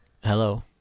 hello